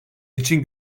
için